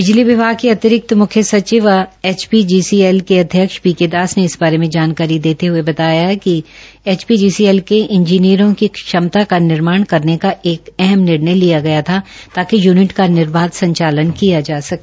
बिजली विभाग के अतिरिक्त मुख्य सचिव व एचपीजीसीएल के अध्यक्ष पीके दास ने इस बारे में जानकारी देते हए बताया कि एचपीजीसीएल के इंजीनियरों की क्षमता का निर्माण करने का एक अहम निर्णय लिया गया था ताकि यूनिट का निर्बाध संचालन किया जा सके